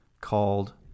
called